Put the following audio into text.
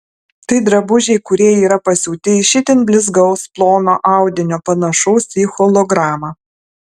tai drabužiai kurie yra pasiūti iš itin blizgaus plono audinio panašaus į hologramą